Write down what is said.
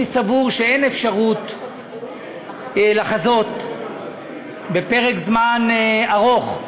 אני סבור שאין אפשרות לחזות בפרק זמן ארוך,